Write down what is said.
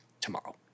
tomorrow